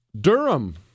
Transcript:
Durham